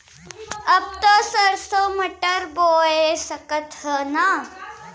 अब त सरसो मटर बोआय सकत ह न?